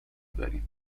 داریم